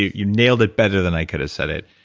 you nailed it better than i could've said it.